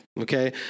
Okay